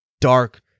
dark